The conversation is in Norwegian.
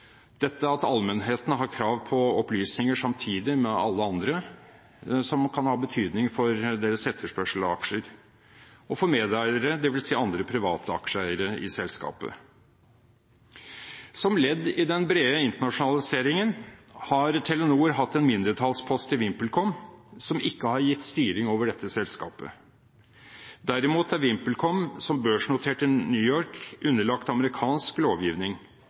Dette eierskapet må utøves med respekt for børsreglement – det at allmennheten samtidig med alle andre har krav på opplysninger som kan ha betydning for deres etterspørsel etter aksjer – og for medeiere, dvs. andre private aksjeeiere i selskapet. Som ledd i den brede internasjonaliseringen har Telenor hatt en mindretallspost i VimpelCom, som ikke har gitt styring over dette selskapet. Derimot er VimpelCom som børsnotert i New York underlagt amerikansk lovgivning.